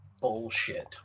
Bullshit